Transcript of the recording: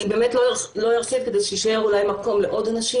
אני באמת לא ארחיב כדי שיישאר מקום לעוד אנשים,